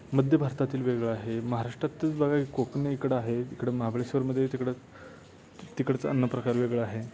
मध्य भारतातील वेगळा आहे महाराष्ट्रातच बघा की कोकण इकडं आहे इकडं महाबळेश्वरमध्ये तिकडं तिकडचं अन्नप्रकार वेगळं आहे